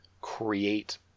create